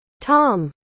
Tom